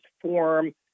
form